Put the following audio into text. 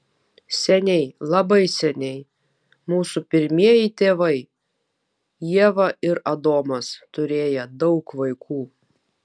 seniai labai seniai mūsų pirmieji tėvai ieva ir adomas turėję daug vaikų